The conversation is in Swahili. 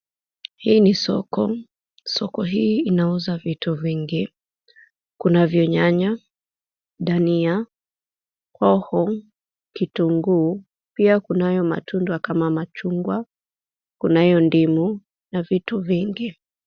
Hii ni soko. Soko hii inauza vitu vingi, kunavyo nyanya, dania, hoho, kitunguu. Pia kunayo matunda kama machungwa, kunayo ndimu, na vitu vingi.